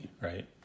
right